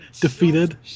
defeated